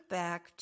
back